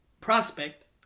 Prospect